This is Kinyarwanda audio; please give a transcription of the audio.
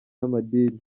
n’amadini